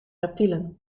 reptielen